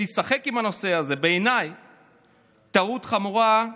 לשחק עם הנושא הזה הוא טעות חמורה,